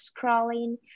scrolling